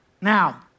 now